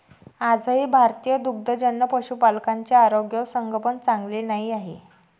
आजही भारतीय दुग्धजन्य पशुपालकांचे आरोग्य व संगोपन चांगले नाही आहे